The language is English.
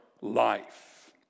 life